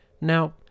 Now